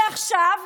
ועכשיו,